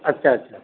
اچھا اچھا